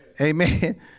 Amen